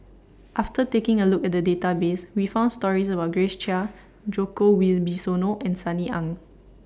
after taking A Look At The Database We found stories about Grace Chia Djoko Wibisono and Sunny Ang